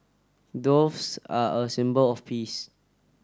doves are a symbol of peace